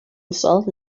result